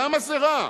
למה זה רע?